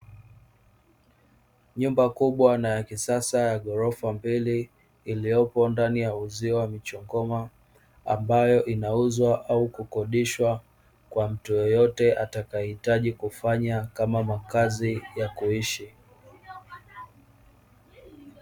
Nyumba kubwa ya kisasa na ya ghorofa mbili iliyopo ndani ya uzio wa michongoma, ambayo inauzwa au kukodishwa kwa mtu yeyote atakayehitaji kufanya kama makazi ya kuishi.